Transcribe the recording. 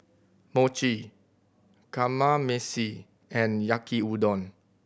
Mochi Kamameshi and Yaki Udon